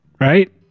right